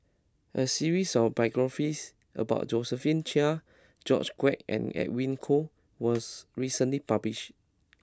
a series of biographies about Josephine Chia George Quek and Edwin Koek was recently published